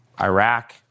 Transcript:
Iraq